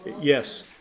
Yes